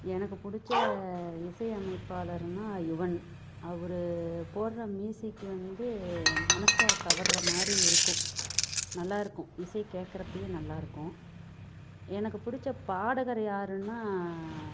எனக்குப் பிடிச்ச இசை அமைப்பாளர்னால் யுவன் அவர் போடுற மியூசிக் வந்து மனசை கவர்றமாதிரி இருக்கும் நல்லாயிருக்கும் இசை கேட்குறக்கப்பயே நல்லா இருக்கும் எனக்குப் பிடிச்ச பாடகர் யாருனா